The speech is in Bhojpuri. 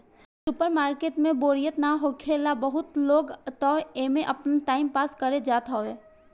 सुपर मार्किट में बोरियत ना होखेला बहुते लोग तअ एमे आपन टाइम पास करे जात हवे